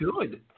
good